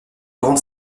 grande